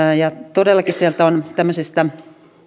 todellakin sieltä on tämmöisestä